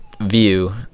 view